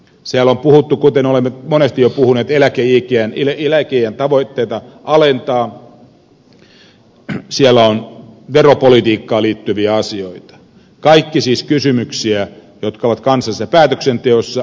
siellä on puhuttu kuten olemme monesti jo puhuneet eläkeiän alentamistavoitteista siellä on veropolitiikkaan liittyviä asioita kaikki siis kysymyksiä jotka ovat kansallisessa päätöksenteossa